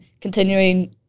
continuing